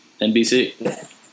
NBC